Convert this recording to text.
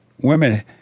women